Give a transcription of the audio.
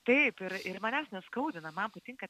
taip ir ir manęs neskaudina man patinka